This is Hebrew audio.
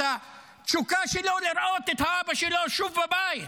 את התשוקה שלו לראות את אבא שלו שוב בבית.